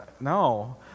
no